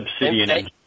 Obsidian